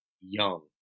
young